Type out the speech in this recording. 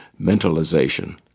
mentalization